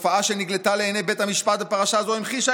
התופעה שנגלתה לעיני בית המשפט בפרשה זו המחישה